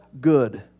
good